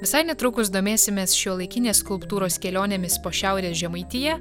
visai netrukus domėsimės šiuolaikinės skulptūros kelionėmis po šiaurės žemaitiją